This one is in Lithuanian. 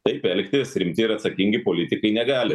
taip elgtis rimti ir atsakingi politikai negali